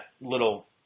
little